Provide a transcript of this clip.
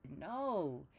No